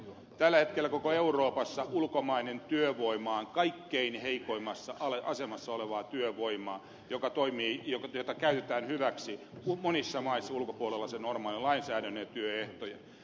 tällä hetkellä koko euroopassa ulkomainen työvoima on kaikkein heikoimmassa asemassa olevaa työvoimaa jota käytetään hyväksi monissa maissa ulkopuolella sen normaalin lainsäädännön ja työehtojen